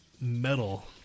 metal